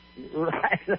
Right